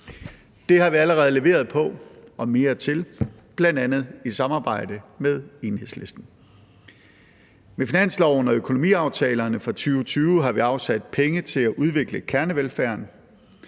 Det har vi allerede leveret på og mere til, bl.a. i samarbejde med Enhedslisten. Med finansloven og i økonomiaftalerne for 2020 har vi afsat penge til at udvikle kernevelfærden.